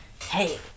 hey